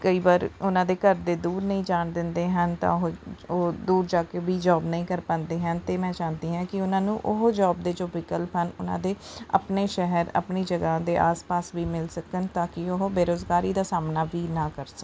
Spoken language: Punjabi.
ਕਈ ਵਾਰ ਉਹਨਾਂ ਦੇ ਘਰ ਦੇ ਦੂਰ ਨਹੀਂ ਜਾਣ ਦਿੰਦੇ ਹਨ ਤਾਂ ਉਹ ਉਹ ਦੂਰ ਜਾ ਕੇ ਵੀ ਜੋਬ ਨਹੀਂ ਕਰ ਪਾਉਂਦੇ ਹਨ ਅਤੇ ਮੈਂ ਚਾਹੁੰਦੀ ਹਾਂ ਕਿ ਉਹਨਾਂ ਨੂੰ ਉਹ ਜੋਬ ਦੇ ਜੋ ਵਿਕਲਪ ਹਨ ਉਹਨਾਂ ਦੇ ਆਪਣੇ ਸ਼ਹਿਰ ਆਪਣੀ ਜਗ੍ਹਾ ਦੇ ਆਸ ਪਾਸ ਵੀ ਮਿਲ ਸਕਣ ਤਾਂਕਿ ਉਹ ਬੇਰੁਜ਼ਗਾਰੀ ਦਾ ਸਾਹਮਣਾ ਵੀ ਨਾ ਕਰ ਸਕਣ